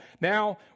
Now